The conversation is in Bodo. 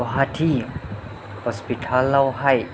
गुवाहाति हसपितालावहाय